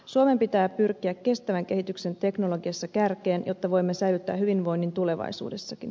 suomen pitää pyrkiä kestävän kehityksen teknologiassa kärkeen jotta voimme säilyttää hyvinvoinnin tulevaisuudessakin